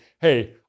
hey